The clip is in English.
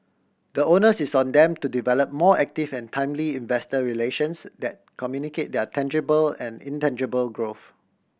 the onus is on them to develop more active and timely investor relations that communicate their tangible and intangible growth